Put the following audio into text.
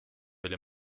oli